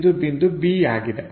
ಇದು ಬಿಂದು B ಆಗಿದೆ